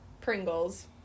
Pringles